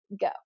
Go